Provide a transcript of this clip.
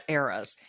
eras